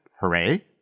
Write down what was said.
Hooray